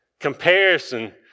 Comparison